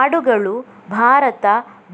ಆಡುಗಳು ಭಾರತ,